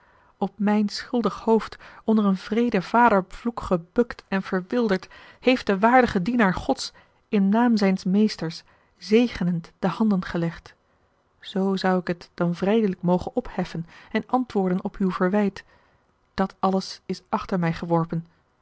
op mijn schuldig hoofd onder een wreeden vadervloek gebukt a l g bosboom-toussaint de delftsche wonderdokter eel verwilderd heeft de waardige dienaar gods in naam zijns meesters zegenend de handen gelegd zoo zou ik het dan vrijelijk mogen opheffen en antwoorden op uw verwijt dat alles is achter mij geworpen